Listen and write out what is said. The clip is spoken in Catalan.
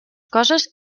coses